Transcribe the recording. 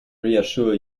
reassure